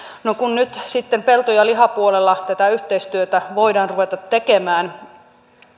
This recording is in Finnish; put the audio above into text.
no kun nyt sitten pelto ja lihapuolella tätä yhteistyötä voidaan ruveta tekemään